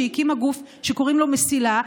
שהקימה גוף שקוראים לו מסיל"ה,